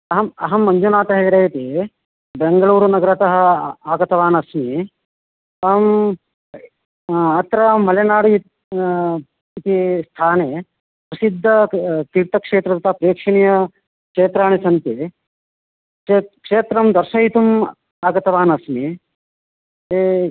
अहम् अहं मञ्जुनाथ हेगडे इति बेङ्गळूरुनगरतः आगतवानस्मि अहम् अत्र मलेनाडु इति इति स्थाने प्रसिद्धं तीर्थक्षेत्रं प्रेक्षणीयं क्षेत्राणि सन्ति क्षेत्रं क्षेत्रं दर्शयितुम् आगतवान् अस्मि ते